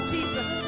Jesus